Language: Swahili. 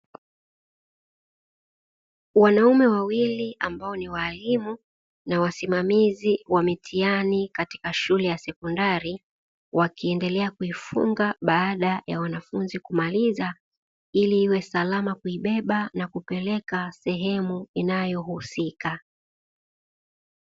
Wanaume wawili ambao ni waalimu na wasimamizi wa mitihani katika shule ya sekondari wakiendelea kuifunga baada ya wanafunzi kumaliza ili iwe salama kuibeba na kupeleka sehemu inayohusika.